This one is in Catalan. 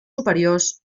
superiors